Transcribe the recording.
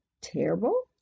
terrible